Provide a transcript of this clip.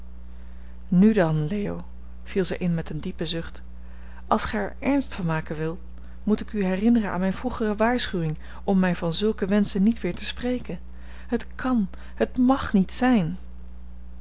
nu dan leo viel zij in met een diepen zucht als gij er ernst van maken wilt moet ik u herinneren aan mijne vroegere waarschuwing om mij van zulke wenschen niet weer te spreken het kan het mag niet zijn